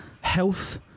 health